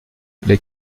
les